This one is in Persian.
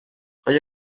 آیا